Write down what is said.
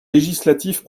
législatif